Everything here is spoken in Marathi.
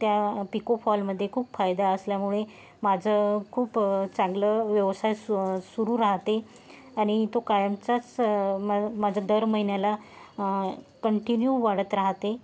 त्या पिको फॉलमध्ये खूप फायदा असल्यामुळे माझं खूप चांगलं व्यवसाय सु सुरू राहते आणि तो कायमचाच मा माझा दर महिन्याला कंटिन्यू वाढत राहते